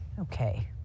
Okay